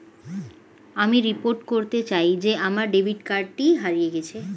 আমি রিপোর্ট করতে চাই যে আমার ডেবিট কার্ডটি হারিয়ে গেছে